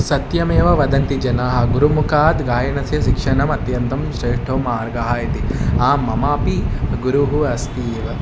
सत्यमेव वदन्ति जनाः गुरुमुखात् गायनस्य शिक्षणं अत्यन्तं श्रेष्ठः मार्गः इति अहं मम अपि गुरुः अस्ति एव